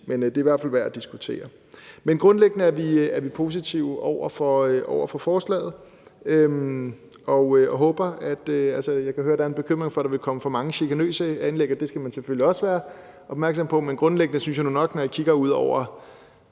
Men det er i hvert fald værd at diskutere. Men grundlæggende er vi positive over for forslaget. Jeg kan høre, at der er en bekymring for, at der vil komme for mange chikanøse anlæg, og det skal man selvfølgelig også være opmærksom på, men grundlæggende synes jeg nu nok, når jeg kigger ud over